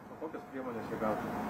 o kokias priemones jie gautų